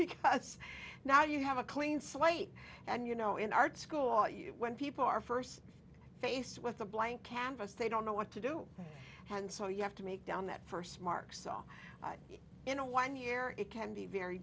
because now you have a clean slate and you know in art school when people are first faced with a blank canvas they don't know what to do and so you have to make down that first mark saw in a one year it can be very